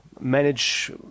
Manage